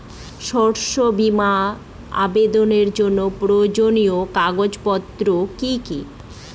শস্য বীমা আবেদনের জন্য প্রয়োজনীয় কাগজপত্র কি কি?